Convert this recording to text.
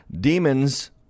demons